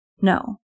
No